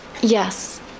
Yes